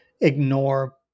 ignore